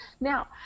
Now